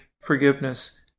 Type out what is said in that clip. forgiveness